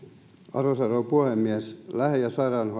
arvoisa rouva puhemies lähi ja